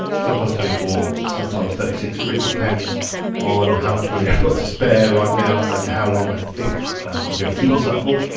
sometimes twenty four, sometimes thirty six, it really depends on how much money i've got to spare right now and how long i think i'm gonna keep the site for.